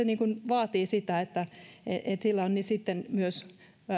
niin kyllä se vaatii sitä että sillä on sitten myös